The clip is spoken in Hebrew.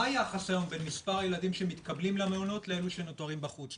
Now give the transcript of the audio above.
מה היחס היום בין מספר הילדים שמתקבלים למעונות לאילו שנותרים בחוץ?